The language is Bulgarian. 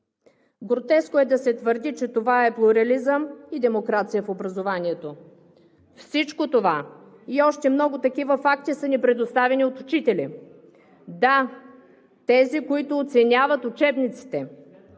Гротескно е да се твърди, че това е плурализъм и демокрация в образованието. Всичко това и още много такива факти са ни предоставени от учители. Да, тези, които оценяват учебниците,